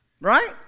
Right